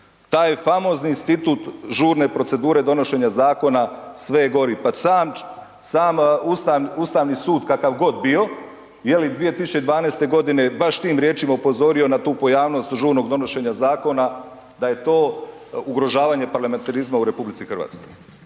Taj famozni institut žurne procedure donošenja zakona sve je gori. Pa sam Ustavni sud, kakav god bio, je li, 2012. godine baš tim riječima upozorio na tu pojavnost žurnog donošenja zakona, da je to ugrožavanje parlamentarizma u RH. **Petrov,